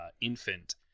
infant